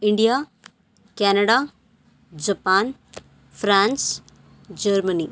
India Canada Japan France Germany